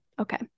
okay